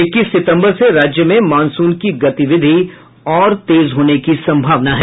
इक्कीस सितम्बर से राज्य में मॉनसून की गतिविधि और तेज होने की सम्भावना है